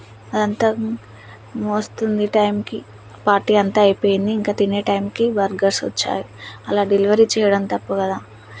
అదంతా మోస్తుంది టైంకి పార్టీ అంతా అయిపోయింది ఇంకా తినే టైంకి బర్గర్స్ వచ్చాయి అలా డెలివరీ చేయడం తప్పు కదా